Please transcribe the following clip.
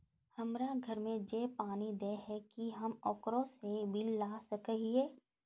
हमरा घर में जे पानी दे है की हम ओकरो से बिल ला सके हिये?